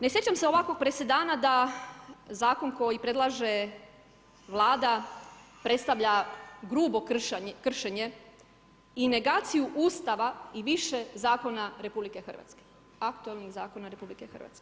Ne sjećam se ovakvog presedana, da zakon koji predlaže Vlada predstavlja grubo kršenje i negaciju Ustava i više zakona RH, aktualnih zakona RH.